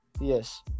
Yes